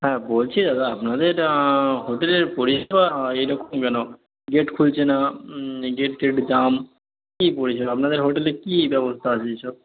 হ্যাঁ বলছি দাদা আপনাদের হোটেলের পরিষেবা এরকম কেনো গেট খুলছে না গেট টেট জ্যাম কী পরিষেবা আপনাদের হোটেলে কী ব্যবস্থা আছে এসব